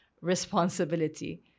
responsibility